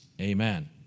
amen